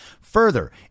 Further